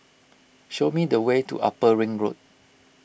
show me the way to Upper Ring Road